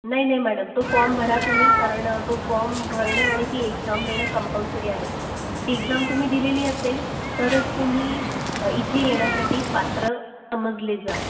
नाही नाही मॅडम तो फॉर्म भरा तुम्ही कारण तो फॉर्म भरणं आणि ती एक्झाम देणं कंपलसरी आहे ती एक्झाम तुम्ही दिलेली असेल तरंच तुम्ही इथे येण्यासाठी पात्र समजले जाल